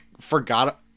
forgot